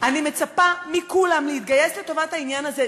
אני מצפה מכולם להתגייס לטובת העניין הזה.